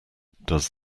does